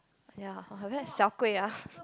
ya very ah